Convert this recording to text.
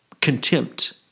contempt